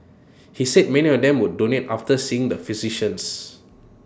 he said many of them would donate after seeing the physicians